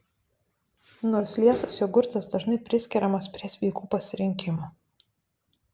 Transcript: nors liesas jogurtas dažnai priskiriamas prie sveikų pasirinkimų